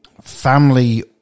family